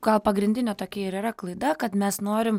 gal pagrindinė tokia ir yra klaida kad mes norim